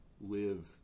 live